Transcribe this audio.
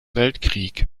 weltkrieg